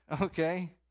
okay